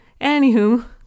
Anywho